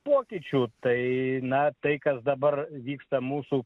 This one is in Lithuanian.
pokyčių tai na tai kas dabar vyksta mūsų